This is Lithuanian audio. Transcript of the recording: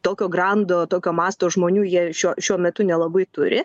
tokio grando tokio masto žmonių jie šiuo šiuo metu nelabai turi